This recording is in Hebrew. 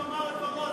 אם העם אמר את דברו,